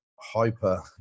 hyper